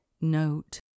note